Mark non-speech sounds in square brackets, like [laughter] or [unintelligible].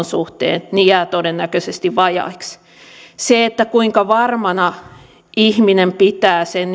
[unintelligible] suhteen jäävät todennäköisesti vajaiksi se kuinka varmana ihminen pitää sen [unintelligible]